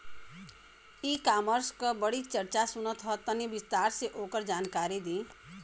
ई कॉमर्स क बड़ी चर्चा सुनात ह तनि विस्तार से ओकर जानकारी दी?